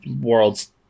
world's